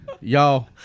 y'all